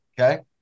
okay